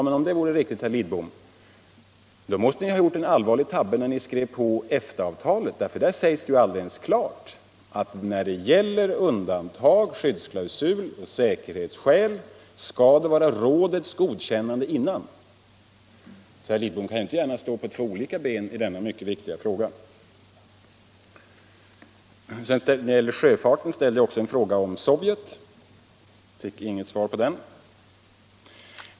Men om det vore riktigt, herr Lidbom, måste ni ha gjort en allvarlig tabbe när ni skrev på EFTA-avtalet, för där sägs det alldeles klart att för undantag enligt den skyddsklausul som avser säkerhetsskäl krävs rådets godkännande i förväg. Herr Lidbom kan inte gärna stå på två olika ben i denna mycket viktiga fråga. När det gällde sjöfarten ställde jag också en fråga om Sovjet. men jag fick inget svar på den.